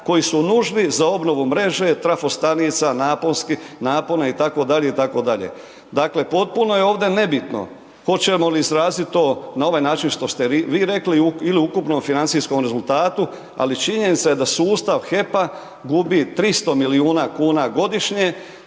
koji su nužni za obnovu mreže, trafostanica, napona itd., itd. Dakle, potpuno je ovdje nebitno hoćemo li izraziti to na ovaj način što ste vi rekli ili ukupno u financijskom rezultatu, ali činjenica je da sustav HEP-a gubi 300 milijuna kuna godišnje.